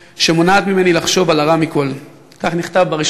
שמונעת ממני לחשוב על הרע מכול"; כך נכתב ב-1